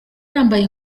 yambaye